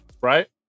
Right